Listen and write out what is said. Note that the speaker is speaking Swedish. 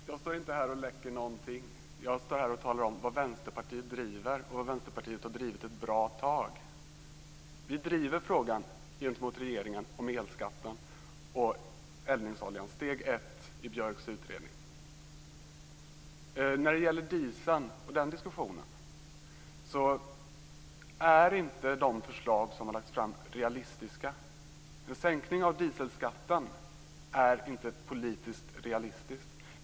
Fru talman! Jag står inte här och "läcker" någonting, utan jag talar om vad Vänsterpartiet driver och ett bra tag har drivit. Gentemot regeringen driver vi frågan om elskatten och eldningsoljan, steg 1 i Björks utredning. När det gäller dieseln och den diskussionen menar jag att de förslag som lagts fram inte är realistiska. En sänkning av dieselskatten är politiskt inte realistisk.